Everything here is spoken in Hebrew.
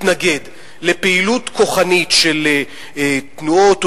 מתנגד לפעילות כוחנית של תנועות או